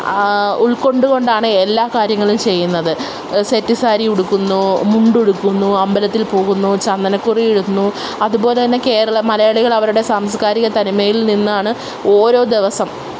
ഉള്ക്കൊണ്ട് കൊണ്ടാണ് എല്ലാ കാര്യങ്ങളും ചെയ്യുന്നത് സെറ്റ് സാരിയുടുക്കുന്നു മുണ്ടുടുക്കുന്നു അമ്പലത്തില് പോകുന്നു ചന്ദനക്കുറി ഇടുന്നു അതുപോലെ തന്നെ കേരളം മലയാളികളവരുടെ സാംസ്കാരിക തനിമയില് നിന്നാണ് ഓരോ ദിവസം